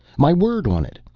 my word on it.